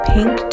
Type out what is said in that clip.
Pink